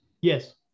yes